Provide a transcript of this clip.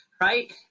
right